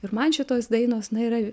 ir man šitos dainos na yra